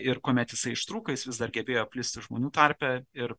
ir kuomet jisai ištrūko jis vis dar gebėjo plisti žmonių tarpe ir